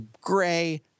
gray